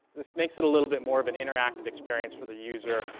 this makes it a little bit more of an interactive experience for the user,